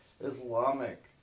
Islamic